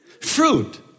Fruit